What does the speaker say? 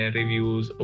reviews